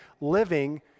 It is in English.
living